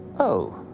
oh,